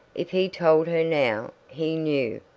if he told her now, he knew,